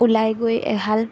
ওলাই গৈ এহাল